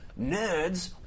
nerds